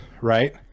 right